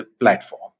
platform